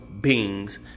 beings